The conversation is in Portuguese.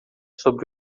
sobre